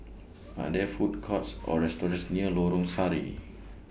Are There Food Courts Or restaurants near Lorong Sari